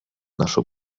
naszą